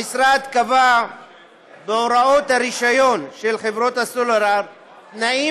המשרד קבע בהוראות הרישיון של חברות הסלולר תנאים